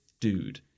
dude